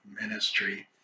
ministry